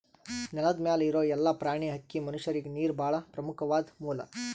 ನೆಲದ್ ಮ್ಯಾಲ್ ಇರೋ ಎಲ್ಲಾ ಪ್ರಾಣಿ, ಹಕ್ಕಿ, ಮನಷ್ಯರಿಗ್ ನೀರ್ ಭಾಳ್ ಪ್ರಮುಖ್ವಾದ್ ಮೂಲ